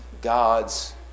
God's